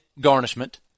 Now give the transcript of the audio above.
garnishment